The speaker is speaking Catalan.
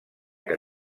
que